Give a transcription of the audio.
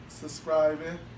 subscribing